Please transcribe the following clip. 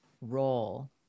role